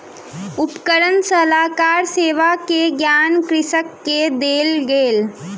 उपकरण सलाहकार सेवा के ज्ञान कृषक के देल गेल